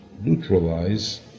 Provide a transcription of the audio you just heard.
neutralize